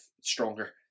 stronger